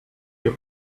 your